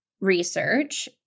research